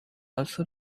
also